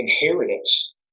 inheritance